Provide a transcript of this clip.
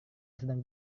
sedang